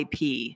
IP